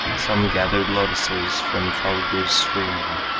some gathered lotuses from phalgu's stream,